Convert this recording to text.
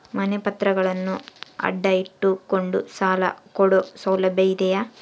ಮನೆ ಪತ್ರಗಳನ್ನು ಅಡ ಇಟ್ಟು ಕೊಂಡು ಸಾಲ ಕೊಡೋ ಸೌಲಭ್ಯ ಇದಿಯಾ?